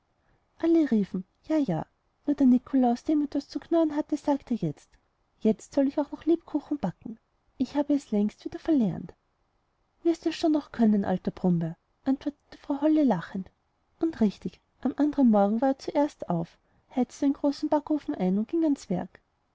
alle riefen ja ja nur der nikolaus der immer etwas zu knurren hatte sagte jetzt soll ich auch noch lebkuchen backen ich habe es längst wieder verlernt wirst es schon noch können alter brummbär antwortete frau holle lachend und richtig am andern morgen war er zuerst auf heizte den großen backofen ein und ging ans werk